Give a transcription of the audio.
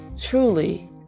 Truly